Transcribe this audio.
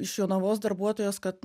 iš jonavos darbuotojos kad